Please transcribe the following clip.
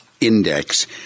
index